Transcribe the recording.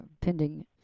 pending